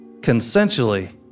consensually